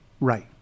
Right